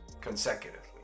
consecutively